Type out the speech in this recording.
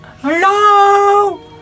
hello